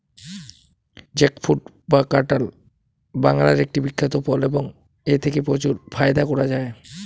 jackfruit বা কাঁঠাল বাংলার একটি বিখ্যাত ফল এবং এথেকে প্রচুর ফায়দা করা য়ায়